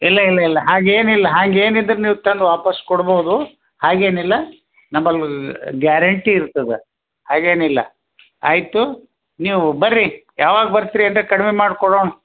ಇಲ್ಲ ಇಲ್ಲ ಇಲ್ಲ ಹಾಗೇನು ಇಲ್ಲ ಹಾಗೇನು ಇದ್ರೆ ನೀವು ತಂದು ವಾಪಾಸ್ಸು ಕೊಡ್ಬೋದು ಹಾಗೇನು ಇಲ್ಲ ನಂಬಲ್ಲಿ ಗ್ಯಾರೆಂಟಿ ಇರ್ತದೆ ಹಾಗೇನು ಇಲ್ಲ ಆಯಿತು ನೀವು ಬರ್ರಿ ಯಾವಾಗ ಬರ್ತಿರಿ ಅಂತೆ ಕಡಿಮೆ ಮಾಡ್ಕೊಡೋಣ